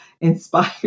inspired